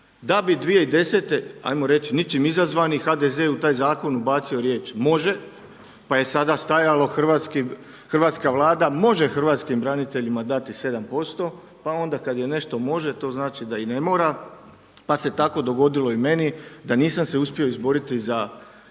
da bi 2010. ajmo reći ničim izazvani HDZ u taj zakon ubacio riječ „može“ pa je sada stajalo hrvatska Vlada može hrvatskim braniteljima dati 7% pa onda kada je nešto može to znači da i ne mora pa se tako dogodilo i meni da nisam se uspio izboriti za 7%